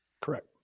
Correct